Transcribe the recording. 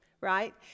right